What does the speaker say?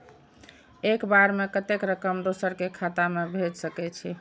एक बार में कतेक रकम दोसर के खाता में भेज सकेछी?